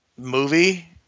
movie